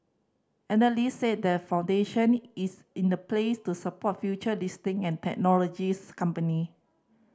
analyst said the foundation is in a place to support future listing and technologies companies